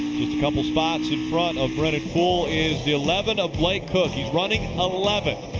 couple spots in front of brendan poole is the eleven of blake koch. he's running eleventh.